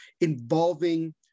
involving